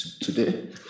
today